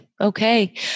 okay